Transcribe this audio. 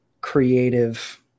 creative